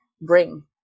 bring